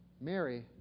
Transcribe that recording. Mary